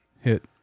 hit